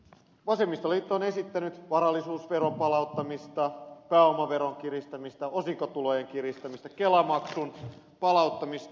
vasemmistoliitto on esittänyt varallisuusveron palauttamista pääomaveron kiristämistä osinkotulojen kiristämistä kelamaksun palauttamista